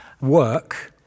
work